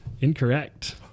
Incorrect